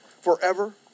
forever